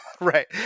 Right